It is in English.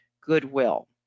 goodwill